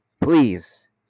Please